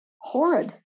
horrid